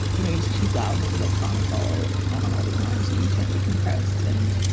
you know, you said she's loud and has electronics all on all the time. so you can't decompress and.